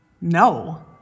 no